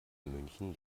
münchen